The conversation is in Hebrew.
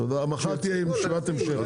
מחר תהיה ישיבת המשך.